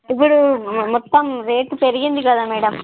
ఇప్పుడు మొత్తం రేట్ పెరిగింది కదా మేడమ్